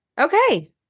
Okay